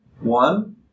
One